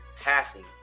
passing